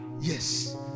Yes